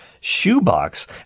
shoebox